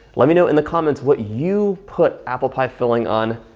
let me know in the comments what you put apple pie filling on,